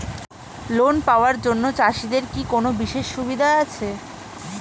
Loan পাওয়ার জন্য চাষিদের কি কোনো বিশেষ সুবিধা আছে?